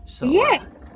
Yes